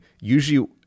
usually